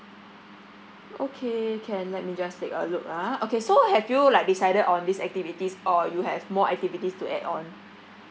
okay can let me just take a look ah okay so have you like decided on these activities or you have more activities to add on